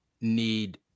need